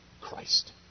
Christ